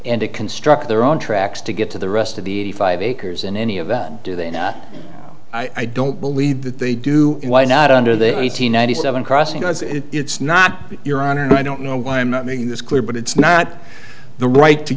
and to construct their own tracks to get to the rest of the eighty five acres in any event do they not i don't believe that they do not under the eight hundred ninety seven crossing does it it's not your honor and i don't know why i'm not making this clear but it's not the right to